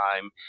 time